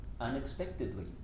unexpectedly